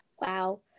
Wow